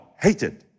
hated